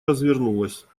развернулась